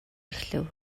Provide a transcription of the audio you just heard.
эхлэв